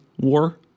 war